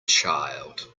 child